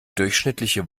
durchschnittliche